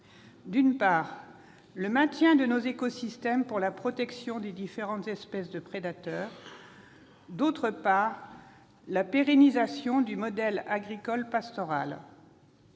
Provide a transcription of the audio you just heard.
d'une part, le maintien de nos écosystèmes par la protection des différentes espèces de prédateurs ; d'autre part, la pérennisation du modèle agricole pastoral.